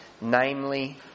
namely